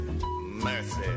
Mercy